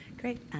Great